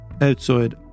outside